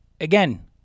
again